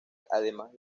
además